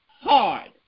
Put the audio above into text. hard